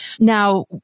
Now